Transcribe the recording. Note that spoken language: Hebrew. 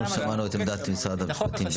אנחנו שמענו את עמדת משרד המשפטים ומשרד הבריאות.